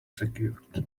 secured